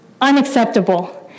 unacceptable